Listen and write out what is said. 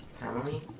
family